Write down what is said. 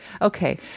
Okay